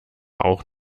auch